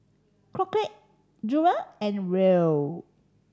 Crockett Jewel and Roel